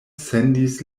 sendis